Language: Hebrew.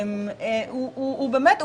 הוא באמת,